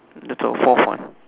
the town fourth one